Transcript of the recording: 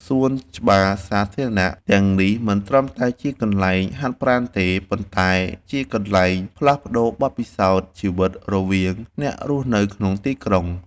សួនច្បារសាធារណៈទាំងនេះមិនត្រឹមតែជាកន្លែងហាត់ប្រាណទេ ប៉ុន្តែជាកន្លែងផ្លាស់ប្តូរបទពិសោធន៍ជីវិតរវាងអ្នករស់នៅក្នុងទីក្រុង។